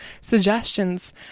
suggestions